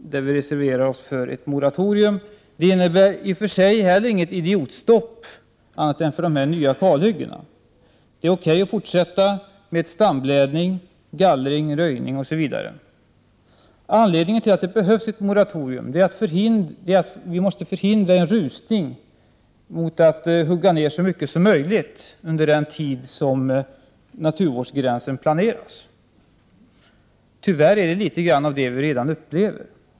I och för sig innebär det inte ett idiotstopp — med undantag av de nya kalhyggena. Det är alltså O.K. att fortsätta med stamblädning, gallring, röjning osv. Anledningen till att det behövs ett moratorium är att det är nödvändigt att förhindra en rusning, att förhindra att man hugger ned så mycket som möjligt under den tid som arbetet med planeringen av naturvårdsgränsen pågår. Tyvärr är det litet av det vi redan upplever.